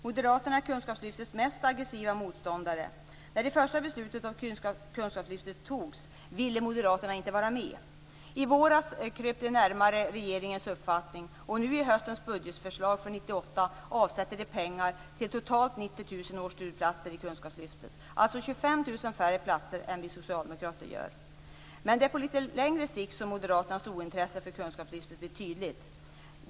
Moderaterna är kunskapslyftets mest aggressiva motståndare. När det första beslutet om kunskapslyftet fattades ville moderaterna inte vara med. I våras kröp de litet närmare regeringens uppfattning, och nu i höstens budgetförslag för 1998 avsätter de pengar till totalt färre platser än vi socialdemokrater gör. Men det är på litet längre sikt som moderaternas ointresse för kunskapslyftet blir tydligt.